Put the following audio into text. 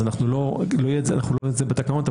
אז אנחנו לא רואים את זה בתקנות,